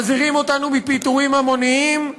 מזהירים אותנו מפיטורים המוניים?